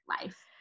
life